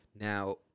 Now